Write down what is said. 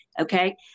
okay